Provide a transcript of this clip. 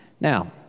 Now